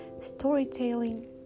storytelling